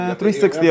360